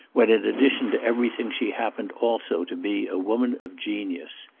when in addition to everything she happened also to be a woman of genius.